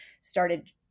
started